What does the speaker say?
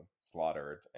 slaughtered